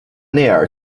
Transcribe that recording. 内尔